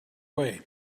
way